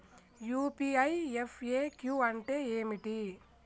UPI FAQ అంటే ఏమిటి?